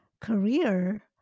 career